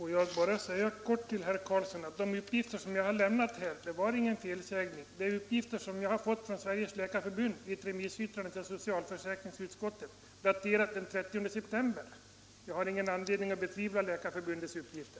Herr talman! De uppgifter som jag lämnade innebar, herr Karlsson i Ronneby, inte någon felsägning. Jag har fått uppgifterna från Sveriges läkarförbunds remissyttrande till socialförsäkringsutskottet, daterat den 30 september. Jag har ingen anledning att betvivla Läkarförbundets upp gifter.